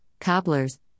cobblers